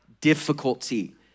difficulty